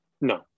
No